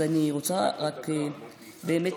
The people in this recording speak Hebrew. מטי.